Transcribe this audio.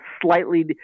slightly